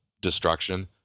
destruction